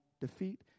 defeat